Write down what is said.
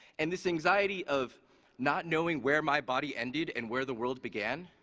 and the so anxiety of not knowing where my body ended and where the world began